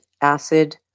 Acid